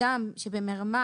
במרמה,